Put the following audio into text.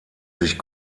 sich